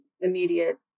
immediate